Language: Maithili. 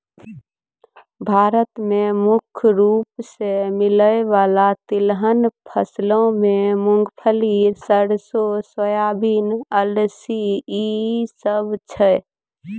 भारत मे मुख्य रूपो से मिलै बाला तिलहन फसलो मे मूंगफली, सरसो, सोयाबीन, अलसी इ सभ छै